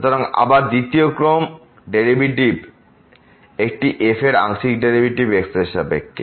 সুতরাং আবার দ্বিতীয় ক্রম ডেরিভেটিভ একটি f এর আংশিক ডেরিভেটিভ x এর সাপেক্ষে